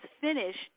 finished